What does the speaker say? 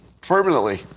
permanently